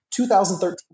2013